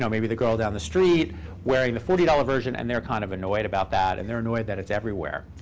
so maybe, the girl down the street wearing the forty dollars version. and they're kind of annoyed about that, and they're annoyed that it's everywhere.